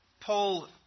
Paul